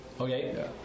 Okay